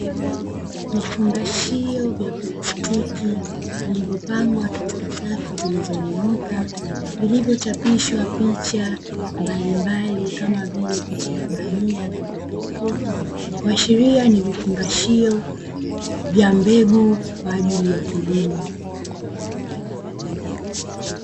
Vifungashio vya plastiki vilivyopangwa katika safu zilizonyooka, zilizochapishwa picha mbalimbali kama vile picha ya bamia na pilipili hoho, kuashiria ni vifungashio vya mbegu kwa ajili ya kilimo.